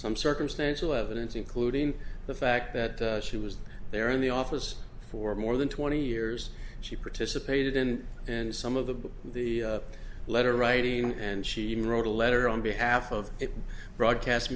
some circumstantial evidence including the fact that she was there in the office for more than twenty years she participated in and some of the letter writing and she even wrote a letter on behalf of a broadcast